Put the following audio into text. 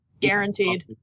guaranteed